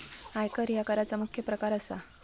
आयकर ह्या कराचा मुख्य प्रकार असा